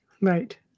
Right